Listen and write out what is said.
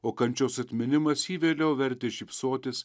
o kančios atminimas jį vėliau vertė šypsotis